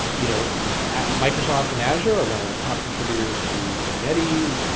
you know microsoft and azure are one of the top contributors to kubernetes.